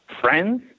friends